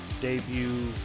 debut